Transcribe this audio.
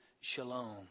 shalom